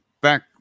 back